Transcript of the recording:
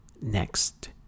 next